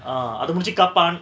ah அது முடுஞ்சி:athu mudinji kaapaan